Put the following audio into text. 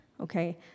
okay